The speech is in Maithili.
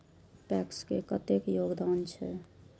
पैक्स के कतेक योगदान छै?